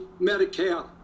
Medicare